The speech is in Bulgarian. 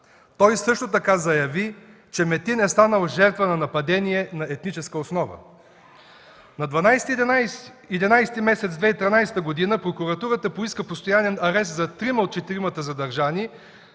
Той също така заяви, че Метин е станал жертва на нападение на етническа основа. На 12.11.2013 г. прокуратурата поиска постоянен арест за трима